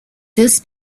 this